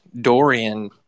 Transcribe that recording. dorian